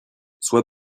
sois